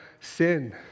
sin